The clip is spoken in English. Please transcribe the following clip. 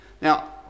Now